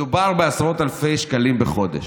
מדובר בעשרות אלפי שקלים בחודש,